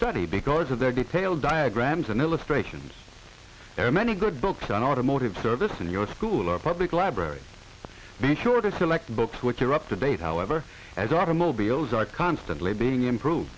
study because of their detailed diagrams and illustrations there are many good books on automotive service in your school or public library be sure to select books which are up to date however as automobiles are constantly being improve